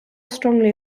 strongly